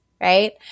right